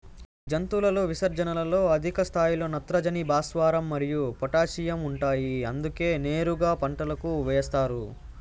జంతువుల విసర్జనలలో అధిక స్థాయిలో నత్రజని, భాస్వరం మరియు పొటాషియం ఉంటాయి అందుకే నేరుగా పంటలకు ఏస్తారు